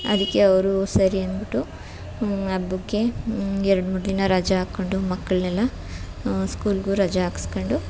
ಅದಕ್ಕೆ ಅವರು ಸರಿ ಅಂದ್ಬಿಟ್ಟು ಹಬ್ಬುಕ್ಕೆ ಎರಡು ಮೂರು ದಿನ ರಜ ಹಾಕೊಂಡು ಮಕ್ಕಳನ್ನೆಲ್ಲ ಸ್ಕೂಲಿಗೂ ರಜ ಹಾಕ್ಸ್ಕಂಡು